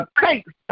thanks